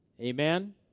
Amen